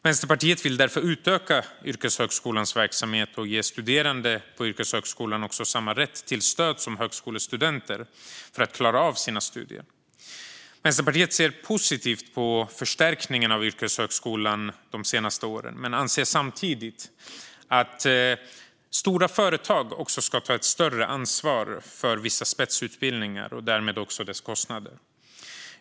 Vänsterpartiet vill därför utöka yrkeshögskolans verksamhet och ge studerande där samma rätt till stöd som högskolestudenter för att klara av sina studier. Vänsterpartiet ser positivt på förstärkningen av yrkeshögskolan de senaste åren men anser samtidigt att stora företag ska ta ett större ansvar för vissa spetsutbildningar och därmed också deras kostnader.